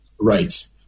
Right